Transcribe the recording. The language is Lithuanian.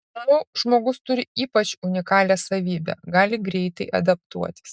manau žmogus turi ypač unikalią savybę gali greitai adaptuotis